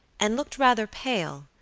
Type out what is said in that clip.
and looked rather pale,